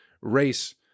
race